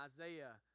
Isaiah